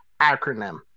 acronym